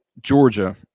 Georgia